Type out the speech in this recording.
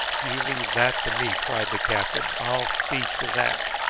you leave that to me, cried the captain. i'll see to that.